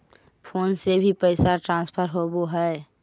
Phone से भी पैसा ट्रांसफर होवहै?